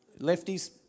Lefties